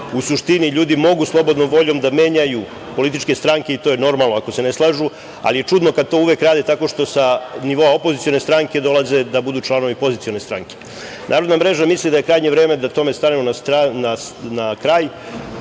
U suštini, ljudi mogu slobodnom voljom da menjaju političke stranke i to je normalno ako se ne slažu, ali je čudno kad to uvek rade tako što se sa nivoa opozicione stranke dolaze da budu članovi pozicione stranke. Narodna mreža misli da je krajnje vreme da tome stanemo na kraj